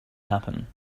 happen